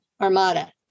armada